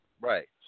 Right